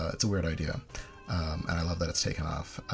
ah it's a weird idea and i love that its taken off.